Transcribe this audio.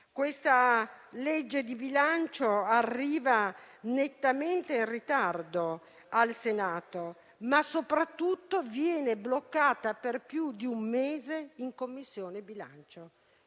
Questa legge di bilancio arriva nettamente in ritardo al Senato, ma soprattutto è stata bloccata per più di un mese in Commissione bilancio.